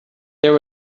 there